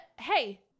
Hey